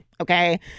okay